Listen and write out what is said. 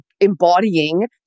embodying